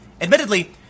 Admittedly